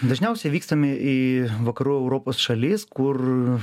dažniausiai vykstame į vakarų europos šalis kur